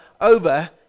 over